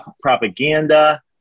propaganda